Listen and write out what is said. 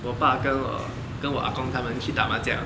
我爸跟我跟我阿公他们去打麻将